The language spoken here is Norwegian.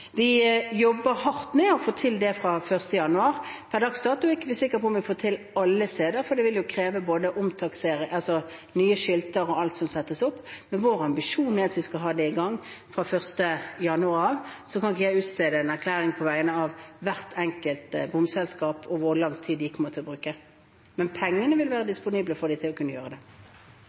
Vi jobber hardt med å få det til fra 1. januar. Per dags dato er vi ikke sikker på om vi får det til alle steder, for det vil kreve nye skilter og alt annet som settes opp. Men vår ambisjon er at vi skal ha det i gang fra 1. januar. Så kan ikke jeg utstede en erklæring på vegne av hvert enkelt bomselskap om hvor lang tid de kommer til å bruke. Men pengene vil være disponible for dem til å kunne gjøre det.